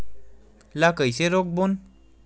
ला कइसे रोक बोन?